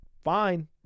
fine